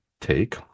take